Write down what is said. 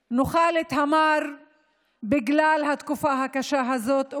יהיה לנו מר בגלל התקופה הקשה הזאת,